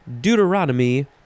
deuteronomy